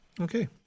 Okay